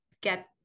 get